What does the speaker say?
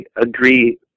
agree